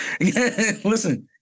Listen